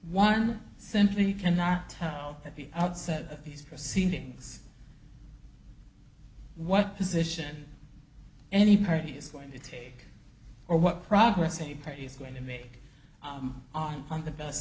one simply cannot at the outset of these proceedings what position any party is going to take or what progress a party is going to make on the best